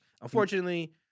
unfortunately